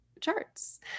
charts